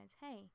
hey